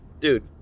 dude